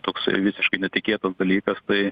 toksai visiškai netikėtas dalykas tai